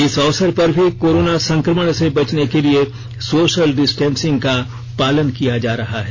इस अवसर पर भी कोरोना संक्रमण से बचने के लिए सोशल डिस्टेंसिंग का पालन किया जा रहा है